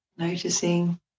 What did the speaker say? Noticing